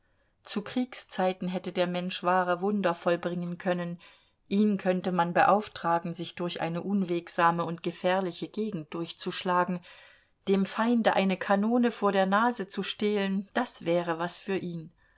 zu kriegszeiten hätte der mensch wahre wunder vollbringen können ihn könnte man beauftragen sich durch eine unwegsame und gefährliche gegend durchzuschlagen dem feinde eine kanone vor der nase zu stehlen das wäre was für ihn